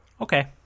Okay